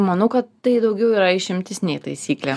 manau kad tai daugiau yra išimtis nei taisyklė